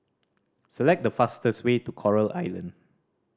select the fastest way to Coral Island